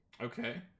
Okay